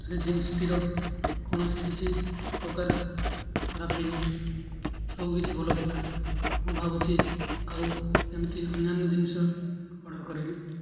ସେ ଜିନ୍ସଟିର କୌଣସି କିଛି ପ୍ରକାର ଖରାପ ହେଇନି ସବୁକିଛି ଭଲ ଥିଲା ମୁଁ ଭାବୁଛି ଆଉ ସେମିତି ଅନ୍ୟାନ୍ୟ ଜିନିଷ ଅର୍ଡ଼ର୍ କରିବି